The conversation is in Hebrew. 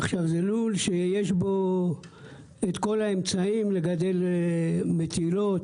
זה לול שיש בו כל האמצעים לגדל מטילות,